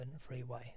freeway